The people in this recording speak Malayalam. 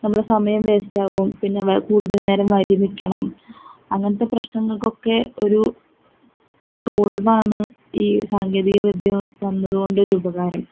നമ്മളെ സമയം വേസ്റ്റാകും പിന്നെ കൂടുതൽ നേരം വരി നിക്കണം അങ്ങനത്തെ പ്രശ്നങ്ങൾക്കൊക്കെ ഒരു സോൾവാണ് ഈ സാങ്കേതികവിദ്യ വന്നതുകൊണ്ടൊരുപകാരം